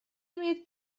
имеет